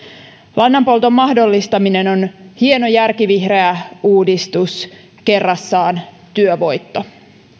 lannanpolton mahdollistaminen on hieno järkivihreä uudistus kerrassaan työvoitto